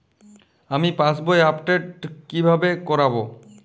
আমি পাসবই আপডেট কিভাবে করাব?